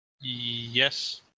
Yes